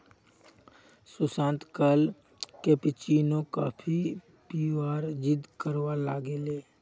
सुशांत कल cappuccino coffee पीबार जिद्द करवा लाग ले